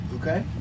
okay